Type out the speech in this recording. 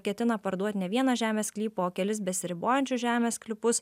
ketina parduot ne vieną žemės sklypą o kelis besiribojančius žemės sklypus